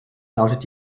lautet